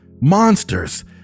Monsters